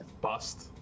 Bust